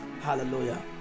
Hallelujah